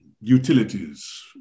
utilities